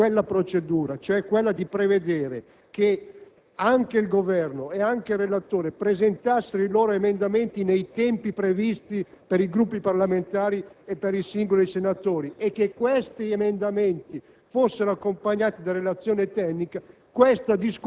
penso che se non avessimo adottato quella procedura, cioè quella di prevedere che anche il Governo e il relatore presentassero i loro emendamenti nei tempi previsti per i Gruppi parlamentari e per i singoli senatori, e che questi emendamenti